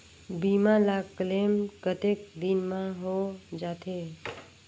बीमा ला क्लेम कतेक दिन मां हों जाथे?